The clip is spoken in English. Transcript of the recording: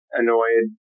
Annoyed